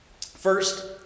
First